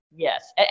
Yes